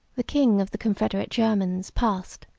the king of the confederate germans passed,